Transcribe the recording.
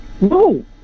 No